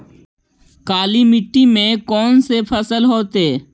काला मिट्टी में कौन से फसल होतै?